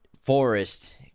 forest